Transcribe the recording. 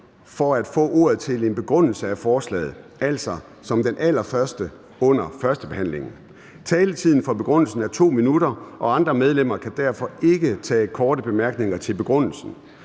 for at få ordet til en begrundelse af forslaget – altså som det allerførste under førstebehandlingen. Taletiden for begrundelsen er 2 minutter, og andre medlemmer kan derfor ikke tage korte bemærkninger til begrundelsen.